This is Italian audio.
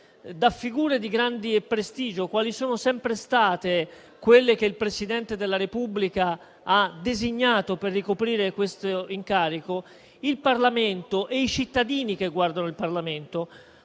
da figure di grandi e prestigio quali sono sempre state quelle che il Presidente della Repubblica ha designato per ricoprire questo incarico, il Parlamento e i cittadini che guardano il Parlamento